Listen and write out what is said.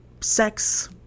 sex